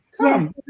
come